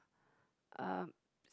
um